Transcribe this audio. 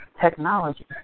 technology